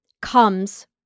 comes